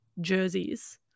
jerseys